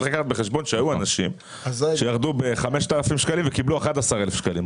צריך לקחת בחשבון שהיו אנשים שירדו ב-5,000 שקלים וקיבלו 11 אלף שקלים.